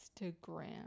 Instagram